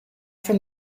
from